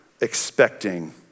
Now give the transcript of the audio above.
expecting